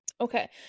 Okay